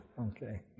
okay